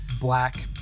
black